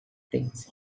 things